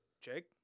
Jake